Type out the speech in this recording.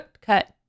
cut